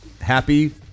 happy